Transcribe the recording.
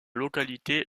localité